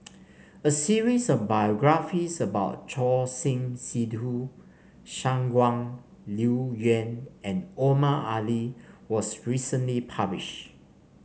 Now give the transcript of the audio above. a series of biographies about Choor Singh Sidhu Shangguan Liuyun and Omar Ali was recently published